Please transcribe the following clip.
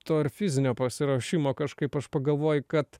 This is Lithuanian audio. to ir fizinio pasiruošimo kažkaip aš pagalvoju kad